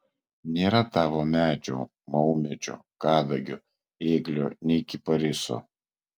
nėra tavo medžio maumedžio kadagio ėglio nei kipariso